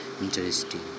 interesting